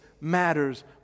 matters